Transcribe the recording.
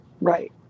right